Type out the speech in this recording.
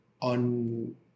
on